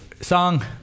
song